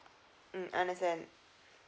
mm I understand